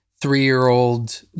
three-year-old